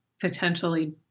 potentially